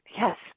yes